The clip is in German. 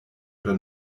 oder